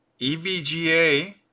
EVGA